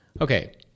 Okay